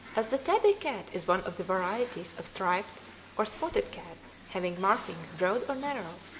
as the tabby cat is one of the varieties of striped or spotted cats having markings, broad or narrow,